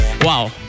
Wow